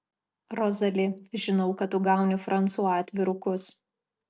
rozali žinau kad tu gauni fransua atvirukus